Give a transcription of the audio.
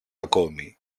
ακόμη